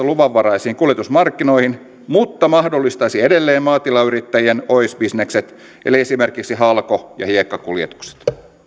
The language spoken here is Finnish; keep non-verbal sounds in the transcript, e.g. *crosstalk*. *unintelligible* luvanvaraisiin kuljetusmarkkinoihin mutta mahdollistaisi edelleen maatilayrittäjien oheisbisnekset eli esimerkiksi halko ja hiekkakuljetukset